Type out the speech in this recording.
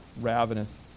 ravenous